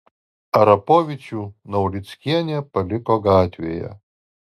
arapovičių naulickienė paliko gatvėje